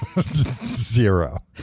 Zero